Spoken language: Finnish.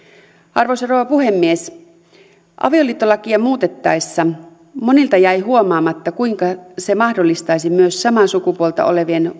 arvoisa rouva puhemies avioliittolakia muutettaessa monilta jäi huomaamatta kuinka se mahdollistaisi myös samaa sukupuolta olevien